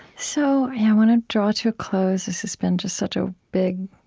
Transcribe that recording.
so i want to draw to a close. this has been just such a big,